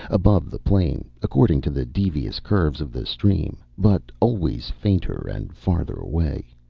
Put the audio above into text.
above the plain, according to the devious curves of the stream, but always fainter and farther away,